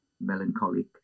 melancholic